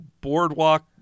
boardwalk